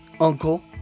Uncle